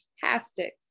fantastic